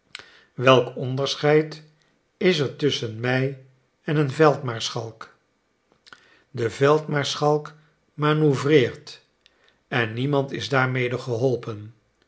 welk onderscheid is er tusschen mij en een veldmaarschalk de veldmaarschalk manoeuvreert en niemand is daarmede geholpen